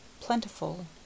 plentiful